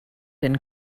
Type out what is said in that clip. and